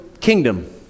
kingdom